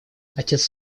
отец